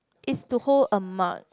it's to hold a mug